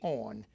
on